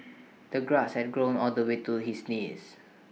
the grass had grown all the way to his knees